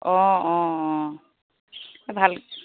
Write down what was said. অঁ অঁ অঁ ভাল